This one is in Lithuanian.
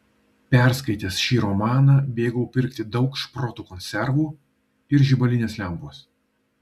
perskaitęs šį romaną bėgau pirkti daug šprotų konservų ir žibalinės lempos